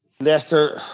Leicester